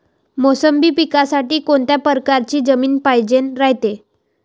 मोसंबी पिकासाठी कोनत्या परकारची जमीन पायजेन रायते?